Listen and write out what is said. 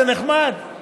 זה נחמד.